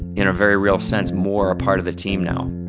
in a very real sense, more a part of the team now